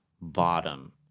bottom